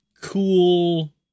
cool